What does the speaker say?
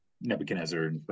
Nebuchadnezzar